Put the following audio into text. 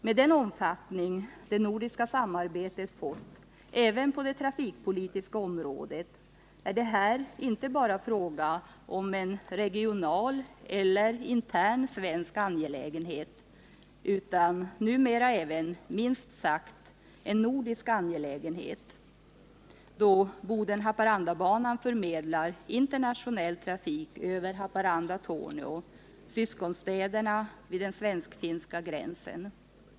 Med den omfattning det nordiska samarbetet fått även på det trafikpolitiska området är det här inte bara fråga om en regional eller intern svensk angelägenhet utan numera även — minst sagt — en nordisk angelägenhet, då Boden-Haparanda-banan förmedlar internationell trafik över Haparanda-Torneå, syskonstäderna vid den svensk-finska gränsen.